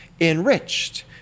enriched